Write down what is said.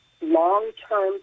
long-term